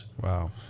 Wow